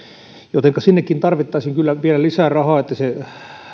jotenka sinnekin tarvittaisiin kyllä vielä lisää rahaa että se